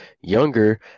younger